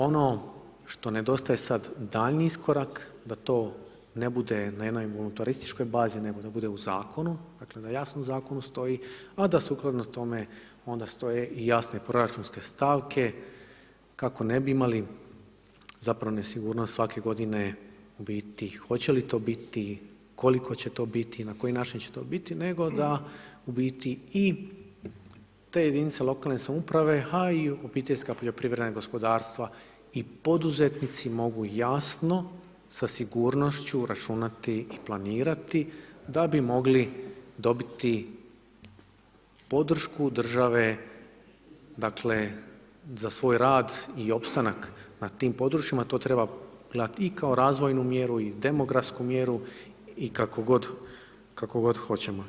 Ono što nedostaje sad daljnji iskorak, da to ne bude na jednoj voluntarističkoj bazi nego da bude u zakonu, dakle da jasno u zakonu stoji a da sukladno tome onda stoje i jasne proračunske stavke kako ne bi imali zapravo nesigurnost svake godine biti, hoće li to biti, koliko će to biti i na koji način će to biti nego da u biti i te jedinice lokalne samouprave a i OPG-ovi i poduzetnici mogu jasno sa sigurnošću računati i planirati da bi mogli dobiti podršku države, dakle za svoj rad i opstanak na tim područjima, to treba gledat i kao razvojnu mjeru i demografsku mjeru i kako god hoćemo.